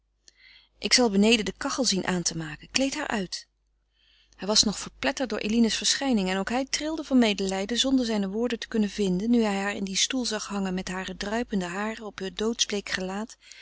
ik zal beneden de kachel zien aan te maken kleed haar uit hij was nog verpletterd door eline's verschijning en ook hij trilde van medelijden zonder zijne woorden te kunnen vinden nu hij haar in dien stoel zag hangen met hare druipende haren op heur doodsbleek gelaat